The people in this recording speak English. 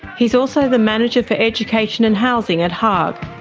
he's also the manager for education and housing at haag.